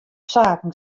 saken